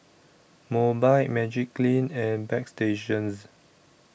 Mobike Magiclean and Bagstationz